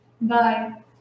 Bye